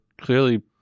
clearly